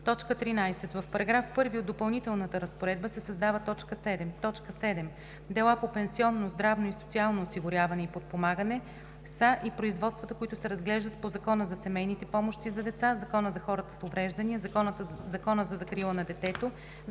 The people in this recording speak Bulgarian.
13. В § 1 от Допълнителната разпоредба се създава т. 7: „7. „Дела по пенсионно, здравно и социално осигуряване и подпомагане“ са и производствата, които се разглеждат по Закона за семейните помощи за деца, Закона за хората с увреждания, Закона за закрила на детето,